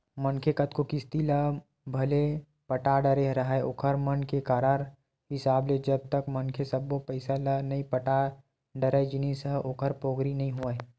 मनखे कतको किस्ती ल भले पटा डरे राहय ओखर मन के करार हिसाब ले जब तक मनखे सब्बो पइसा ल नइ पटा डरय जिनिस ह ओखर पोगरी नइ होवय